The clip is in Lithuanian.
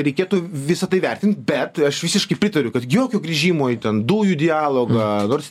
reikėtų visa tai vertint bet aš visiškai pritariu kad jokio grįžimo į ten dujų dialogą nors